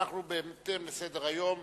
בהתאם לסדר-היום,